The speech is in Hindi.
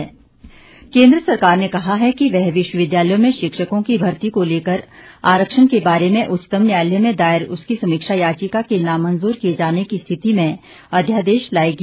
आरक्षण केन्द्र सरकार ने कहा है कि वह विश्वविद्यालयों में शिक्षकों की भर्ती को लेकर आरक्षण के बारे में उच्चतम न्यायालय में दायर उसकी समीक्षा याचिका के नामंजूर किये जाने की स्थिति में अध्यादेश लाएगी